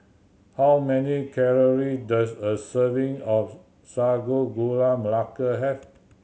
how many calorie does a serving of Sago Gula Melaka have